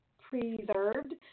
preserved